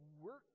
work